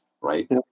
right